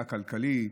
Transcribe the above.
הכלכלי,